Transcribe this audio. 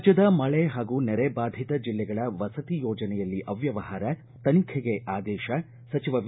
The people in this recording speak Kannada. ರಾಜ್ಯದ ಮಳೆ ಹಾಗೂ ನೆರೆ ಬಾಧಿತ ಜಿಲ್ಲೆಗಳ ವಸತಿ ಯೋಜನೆಯಲ್ಲಿ ಅವ್ಯವಹಾರ ತನಿಖೆಗೆ ಆದೇಶ ಸಚಿವ ವಿ